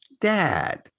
dad